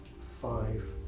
five